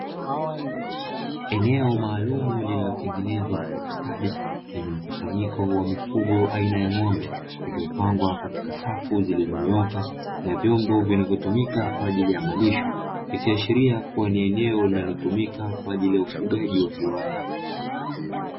Eneo maalumu lililotengenezwa kwa ustadi lenye mkusanyiko wa mifugo aina ya ng'ombe, lililopangwa katika safu zilizonyooka na vyombo vinavyotumika kwa ajili ya malisho; ikiashiria kuwa ni eneo linalotumika kwa ajili ya ufugaji wa viwanda.